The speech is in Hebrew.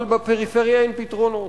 אבל בפריפריה אין פתרונות.